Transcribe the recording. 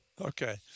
Okay